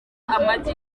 amagi